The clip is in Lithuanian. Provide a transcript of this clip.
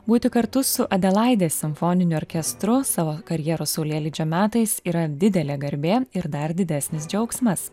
būti kartu su adelaidės simfoniniu orkestru savo karjeros saulėlydžio metais yra didelė garbė ir dar didesnis džiaugsmas